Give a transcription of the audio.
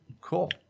Cool